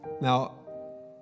Now